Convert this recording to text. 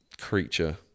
creature